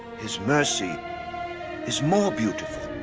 his mercy is more beautiful.